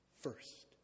first